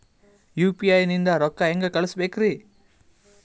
UPI ನಿಂದ ರೊಕ್ಕ ಹೆಂಗ ಕಳಸಬೇಕ್ರಿ?